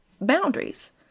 boundaries